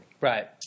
Right